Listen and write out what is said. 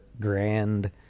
grand